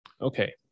Okay